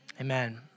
amen